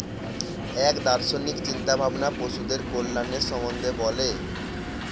এক দার্শনিক চিন্তা ভাবনা পশুদের কল্যাণের সম্বন্ধে বলে